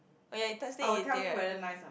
oh ya you Thursday eat there